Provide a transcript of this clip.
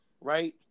right